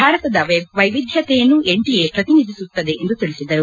ಭಾರತದ ವೈವಿಧ್ಯತೆಯನ್ನು ಎನ್ಡಿಎ ಪ್ರತಿನಿಧಿಸುತ್ತದೆ ಎಂದು ತಿಳಿಸಿದರು